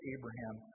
Abraham